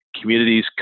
Communities